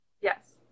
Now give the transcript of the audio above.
Yes